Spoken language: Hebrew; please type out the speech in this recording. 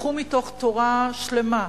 לקחו מתוך תורה שלמה,